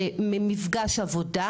זה ממפגש עבודה,